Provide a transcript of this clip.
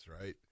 right